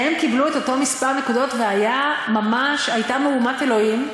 שניהם קיבלו את אותו מספר נקודות והייתה ממש מהומת אלוהים.